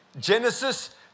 Genesis